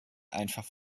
einfach